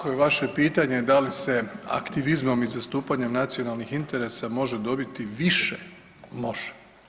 Ako je vaše pitanje da li se aktivizmom i zastupanja nacionalnih interesa može dobiti više, može.